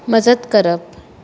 मजत करप